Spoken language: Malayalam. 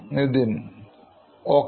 Nithin ഒക്കെ